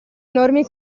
enormi